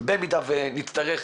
אם נצטרך,